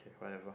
whatever